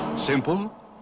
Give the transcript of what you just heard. simple